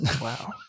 Wow